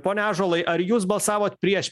pone ąžuolai ar jūs balsavot prieš